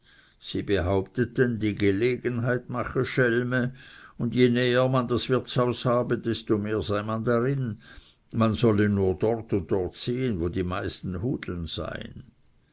sie behaupteten die gelegenheit mache schelme je näher man das wirtshaus habe desto mehr sei man darin man solle nur dort und dort sehen wo die meisten hudeln seien